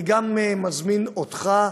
אני גם מזמין אותך,